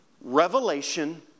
Revelation